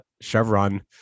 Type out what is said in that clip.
Chevron